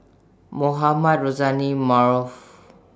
Mohamed Rozani Maarof